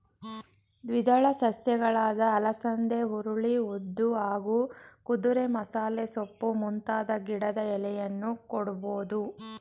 ದ್ವಿದಳ ಸಸ್ಯಗಳಾದ ಅಲಸಂದೆ ಹುರುಳಿ ಉದ್ದು ಹಾಗೂ ಕುದುರೆಮಸಾಲೆಸೊಪ್ಪು ಮುಂತಾದ ಗಿಡದ ಎಲೆಯನ್ನೂ ಕೊಡ್ಬೋದು